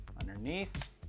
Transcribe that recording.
underneath